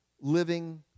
living